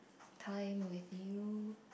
time with you